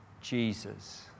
Jesus